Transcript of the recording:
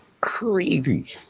Crazy